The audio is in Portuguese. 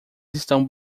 estão